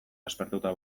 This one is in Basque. aspertuta